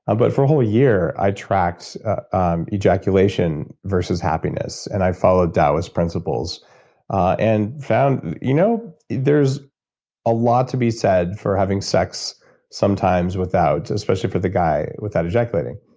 but for a whole year i tracked um ejaculation versus happiness and i followed taoist principles and found you know there's a lot to be said for having sex sometimes without, especially for the guy, without ejaculating.